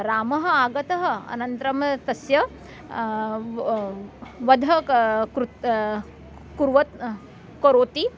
रामः आगतः अनन्तरं तस्य वधः का कृत्त कुर्वत् करोति